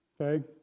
Okay